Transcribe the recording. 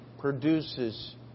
Produces